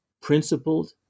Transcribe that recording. principled